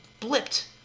Blipped